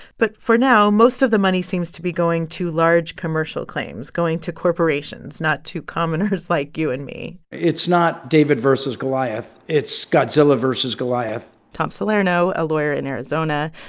but for now, most of the money seems to be going to large commercial claims, going to corporations not to commoners like you and me it's not david versus goliath, it's godzilla versus goliath tom salerno, a lawyer in arizona.